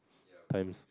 times